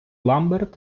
ламберт